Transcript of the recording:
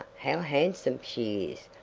how handsome she is!